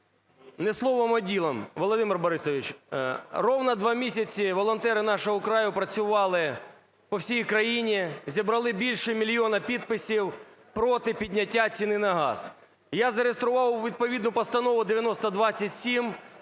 Не словом, а ділом, Володимир Борисович, ровно два місяці волонтери "Нашого краю" працювали по всій країні, зібрали більше мільйона підписів проти підняття ціни на газ. Я зареєстрував відповідну Постанову 9027,